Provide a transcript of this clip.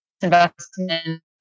investment